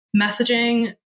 Messaging